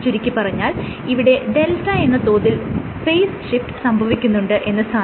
ചുരുക്കിപ്പറഞ്ഞാൽ ഇവിടെ δ എന്ന തോതിൽ ഫേസ് ഷിഫ്റ്റ് സംഭവിക്കുന്നുണ്ട് എന്ന് സാരം